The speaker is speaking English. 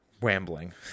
rambling